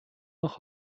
noch